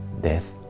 death